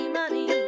money